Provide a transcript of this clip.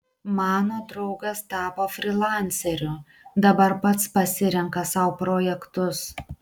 mano draugas tapo frylanceriu dabar pats pasirenka sau projektus